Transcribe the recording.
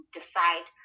decide